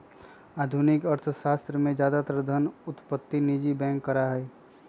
आधुनिक अर्थशास्त्र में ज्यादातर धन उत्पत्ति निजी बैंक करा हई